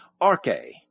Arche